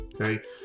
Okay